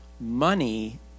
money